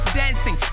dancing